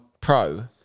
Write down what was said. pro